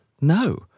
no